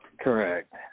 Correct